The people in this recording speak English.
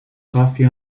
coffee